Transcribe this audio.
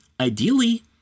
ideally